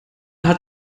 hat